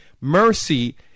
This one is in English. mercy